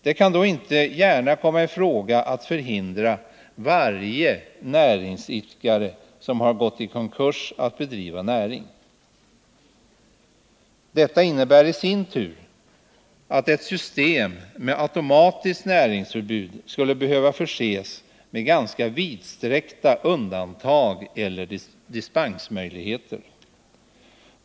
Det kan då inte gärna komma i fråga att förhindra varje näringsidkare som har gått i konkurs att bedriva näring. Detta innebär i sin tur att ett system med automatiskt näringsförbud skulle behöva förses med ganska vidsträckta undantag eller dispensmöjligheter.